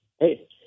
Hey